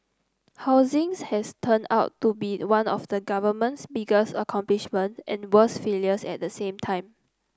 housings has turned out to be one of the government's biggest accomplishment and worst failures at the same time